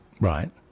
Right